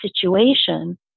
situation